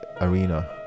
arena